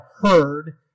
heard